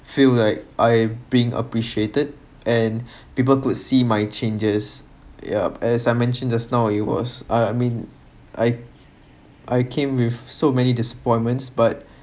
feel like I being appreciated and people could see my changes yup as I mentioned just now it was I I mean I I came with so many disappointments but